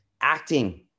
acting